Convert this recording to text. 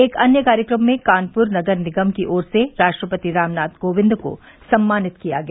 एक अन्य कार्यक्रम में कानपूर नगर निगम की ओर से रा ट्रपति रामनाथ कोविंद को सम्मानित किया गया